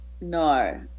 No